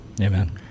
Amen